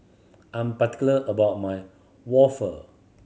I'm particular about my waffle